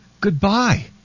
goodbye